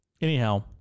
Anyhow